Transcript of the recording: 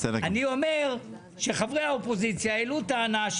אני אומר שחברי האופוזיציה העלו טענה,